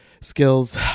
skills